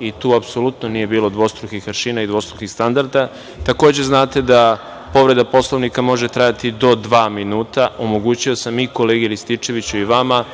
i tu apsolutno nije bilo dvostrukih aršina i dvostrukih standarda. Takođe, znate da povreda Poslovnika, može trajati do dva minuta, omogućio sam i kolegi Rističeviću i vama